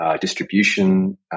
distribution